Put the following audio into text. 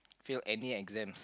fail any exams